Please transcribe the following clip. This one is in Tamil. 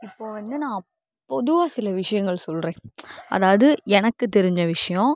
இப்போ வந்து நான் அப் பொதுவாக சில விஷயங்கள் சொல்லுறேன் அதாவது எனக்கு தெரிஞ்ச விஷயம்